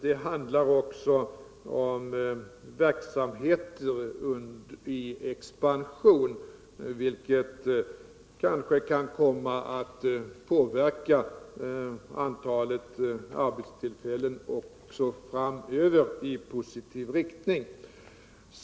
Det handlar också om verksamheter i expansion, vilket kanske även framdeles kan komma att påverka antalet arbetstillfällen i positiv riktning.